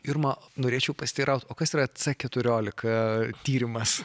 irma norėčiau pasiteirauti o kas yra c keturiolika tyrimas